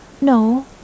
No